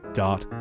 dot